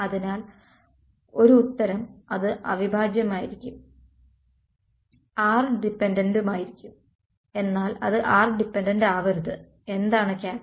അതിനാൽ ഒരു ഉത്തരം അത് അവിഭാജ്യമായിരിക്കും r ഡിപെൻഡ്ൻ്റായിരിക്കും എന്നാൽ അത് r ഡിപെൻഡ്ൻ്റാവരുത് എന്താണ് ക്യാച്ച്